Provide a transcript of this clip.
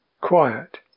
Quiet